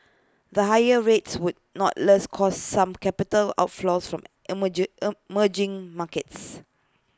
the higher rates would nonetheless cause some capital outflows from emerge emerging markets